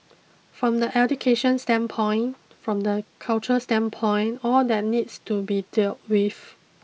from the education standpoint from the culture standpoint all that needs to be dealt with